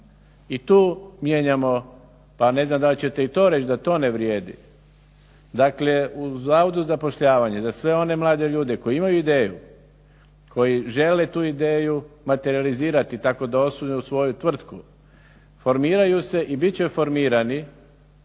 i tu mijenjamo pa ne znam da li ćete to reći da i to ne vrijedi, dakle u Zavodu za zapošljavanje za sve one mlade ljude koji imaju ideju, koji žele tu ideju materijalizirati tako da osnuju svoju tvrtku, formiraju se i bit će formirani